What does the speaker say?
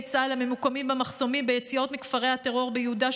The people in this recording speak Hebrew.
צה"ל הממוקמים במחסומים ביציאות מכפרי הטרור ביהודה,